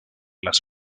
las